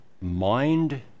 mind